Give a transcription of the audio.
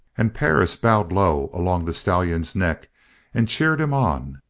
and perris bowed low along the stallion's neck and cheered him on.